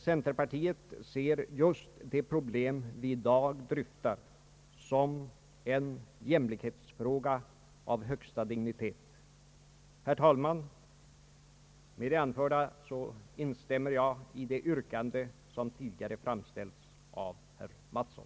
Centerpartiet ser just de problem vi i dag dryftar som en jämlikhetsfråga av högsta dignitet. Herr talman! Med det anförda instämmer jag i det yrkande som tidigare framställts av herr Mattsson.